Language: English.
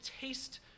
taste